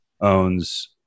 owns